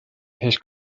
his